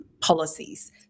policies